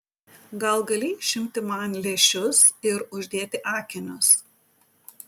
gal gali išimti man lęšius ir uždėti akinius